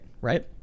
right